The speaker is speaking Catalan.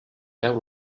veu